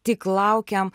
tik laukiam